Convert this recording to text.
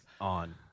on